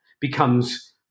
becomes –